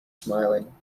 smiling